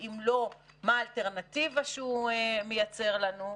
ואם לא מה האלטרנטיבה שהוא מייצר לנו.